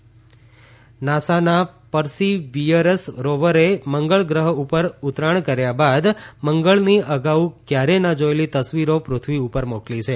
NASA મંગળ નાસાના Perseverance રોવરે મંગળ ગ્રહ ઉપર ઉતરાણ કર્યા બાદ મંગળની અગાઉ કયારેય ન જોયેલી તસવીરો પૃથ્વી ઉપર મોકલી છે